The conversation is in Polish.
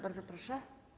Bardzo proszę.